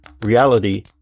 reality